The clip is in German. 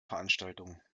veranstaltung